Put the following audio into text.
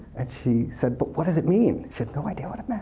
and she said, but what does it mean? she had no idea what it meant.